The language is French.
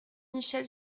michel